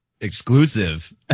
exclusive